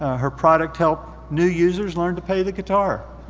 ah her product helped new users learn to play the guitar.